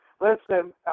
listen